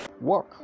Work